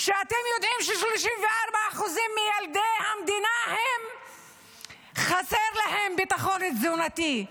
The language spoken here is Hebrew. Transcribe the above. אתם יודעים של-34% מילדי המדינה חסר ביטחון תזונתי?